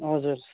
हजुर